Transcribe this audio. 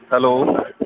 hello